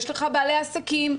יש לך בעלי עסקים,